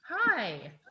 Hi